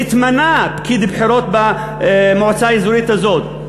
נתמנה פקיד בחירות במועצה האזורית הזאת.